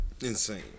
Insane